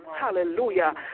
Hallelujah